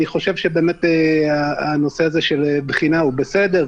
אני חושב שהנושא של בחינה הוא בסדר,